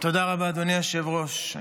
תודה רבה, אדוני היושב-ראש.